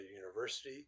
university